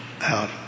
out